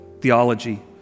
theology